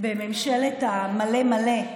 בממשלת המלא מלא,